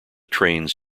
trains